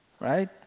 right